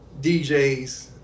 DJs